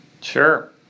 Sure